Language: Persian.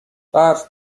برف